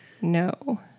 No